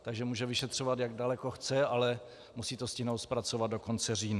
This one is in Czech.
Takže může vyšetřovat, jak daleko chce, ale musí to stihnout zpracovat do konce října.